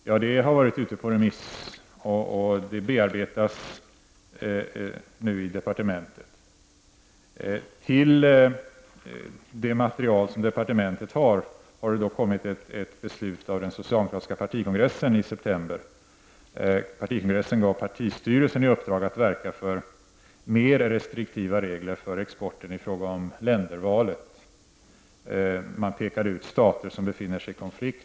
Förslaget har varit ute på remiss och bearbetas nu i departementet. Till departementets material kan fogas ett beslut som den socialdemokratiska partikongressen fattade i september. Partikongressen gav partistyrelsen i uppdrag att verka för mera restriktiva regler för exporten i fråga om ländervalet. Man pekar ut stater som befinner sig i konflikt.